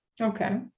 okay